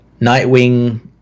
nightwing